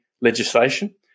legislation